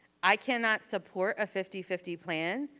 i cannot support a fifty fifty plan,